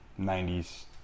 90s